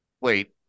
Wait